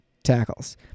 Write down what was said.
tackles